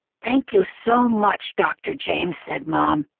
thank you so much, dr. james, said mom.